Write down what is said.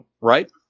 Right